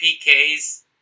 PKs